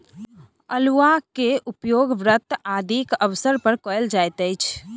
अउलुआ के उपयोग व्रत आदिक अवसर पर कयल जाइत अछि